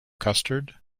custard